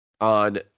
On